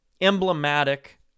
emblematic